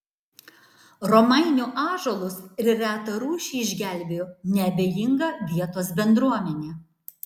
romainių ąžuolus ir retą rūšį išgelbėjo neabejinga vietos bendruomenė